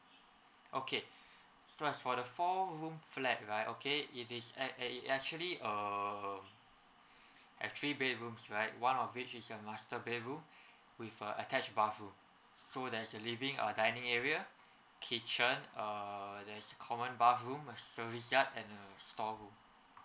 okay so as for the four room flat right okay it is at eh it actually err at three bedrooms right one of which is a master bedroom with a attached bathroom so there is a living uh dining area kitchen err there's common bathroom service yard and storeroom